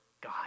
God